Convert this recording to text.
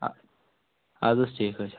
اَ اَدٕ حظ ٹھیٖک حظ چھُ